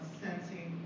sensing